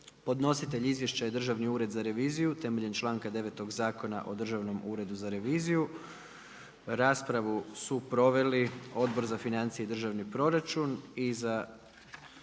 Podnositelj izvješća je Državni ured za reviziju, temelj članka 9. Zakona o Državnom uredu za reviziju. Raspravu su proveli Odbor za financije i državni proračun i za